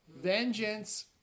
vengeance